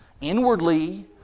inwardly